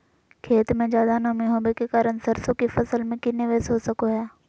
खेत में ज्यादा नमी होबे के कारण सरसों की फसल में की निवेस हो सको हय?